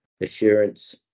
assurance